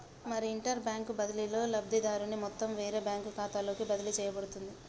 మరి interbank బదిలీలో లబ్ధిదారుని మొత్తం వేరే బ్యాంకు ఖాతాలోకి బదిలీ చేయబడుతుంది